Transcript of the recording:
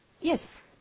Yes